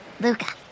Luca